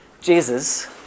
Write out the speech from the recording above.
Jesus